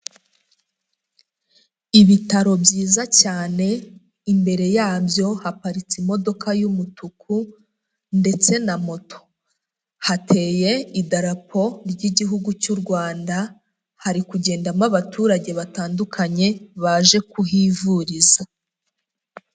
Ibitaro byiza cyane, imbere yabyo haparitse imodoka y'umutuku ndetse na moto, hateye idarapo ry'igihugu cy'u Rwanda, hari kugendamo abaturage batandukanye baje kuhivuriza.